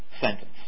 sentence